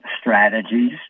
strategies